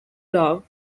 love